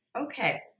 okay